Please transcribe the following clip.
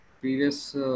Previous